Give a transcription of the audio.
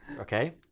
Okay